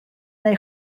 neu